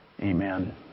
Amen